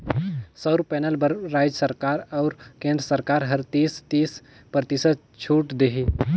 सउर पैनल बर रायज सरकार अउ केन्द्र सरकार हर तीस, तीस परतिसत छूत देही